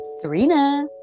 Serena